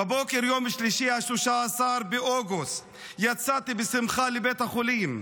בבוקר יום שלישי 13 באוגוסט יצאתי בשמחה לבית החולים,